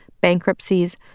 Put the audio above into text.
bankruptcies